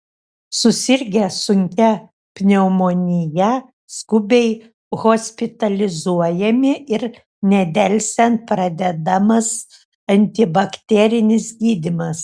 susirgę sunkia pneumonija skubiai hospitalizuojami ir nedelsiant pradedamas antibakterinis gydymas